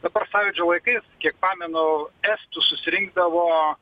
dabar sąjūdžio laikais kiek pamenu estų susirinkdavo